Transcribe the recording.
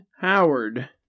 Howard